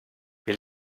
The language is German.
wir